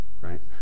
Right